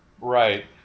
Right